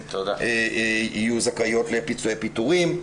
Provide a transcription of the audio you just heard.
כך שיהיו זכאיות לפיצויי פיטורין.